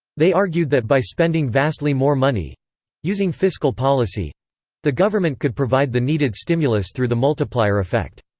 they argued that by spending vastly more money using fiscal policy the government could provide the needed stimulus through the multiplier effect.